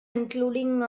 including